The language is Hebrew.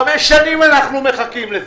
חמש שנים אנחנו מחכים לזה.